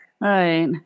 right